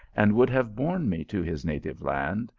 and would have borne me to his native land,